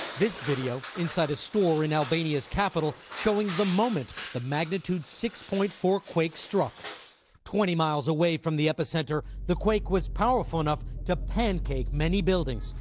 this video inside a store in albania's capital showing the moment the magnitude six point four quake struck twenty miles away from the epicenter, the quake was powerful enough to pancake many buildings,